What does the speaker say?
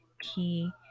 key